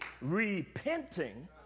repenting